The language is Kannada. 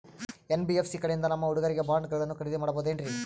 ಎನ್.ಬಿ.ಎಫ್.ಸಿ ಕಡೆಯಿಂದ ನಮ್ಮ ಹುಡುಗರಿಗೆ ಬಾಂಡ್ ಗಳನ್ನು ಖರೀದಿದ ಮಾಡಬಹುದೇನ್ರಿ?